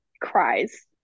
cries